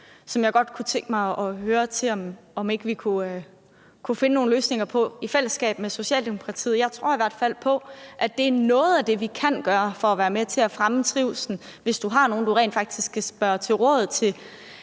jeg godt tænke mig at høre om vi ikke kunne finde nogle løsninger på i fællesskab med Socialdemokratiet. Jeg tror i hvert fald på, at noget af det, vi kan gøre for at være med til at fremme trivslen, er at sørge for, at du rent faktisk har nogen, du